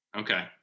Okay